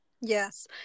Yes